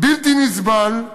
בלתי נסבל,